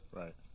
right